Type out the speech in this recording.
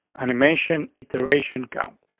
animation it oration, count,